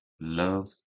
love